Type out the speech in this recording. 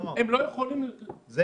הם לא יכולים למנוע ממני לחזור לביתי.